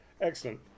excellent